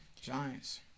Giants